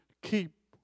Keep